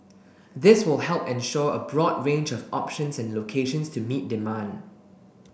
this will help ensure a broad range of options and locations to meet demand